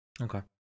Okay